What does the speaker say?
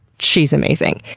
she's amazing.